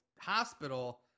hospital